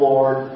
Lord